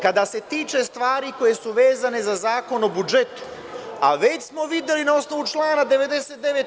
Kada se tiče stvari koje su vezane za Zakon o budžetu, a već smo videli na osnovu člana 99.